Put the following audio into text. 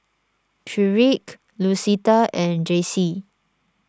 Tyrique Lucetta and Jaycie